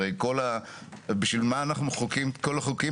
הרי בשביל מה אנחנו מחוקקים את כל החוקים